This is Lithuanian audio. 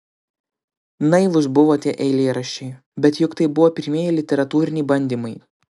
naivūs buvo tie eilėraščiai bet juk tai buvo pirmieji literatūriniai bandymai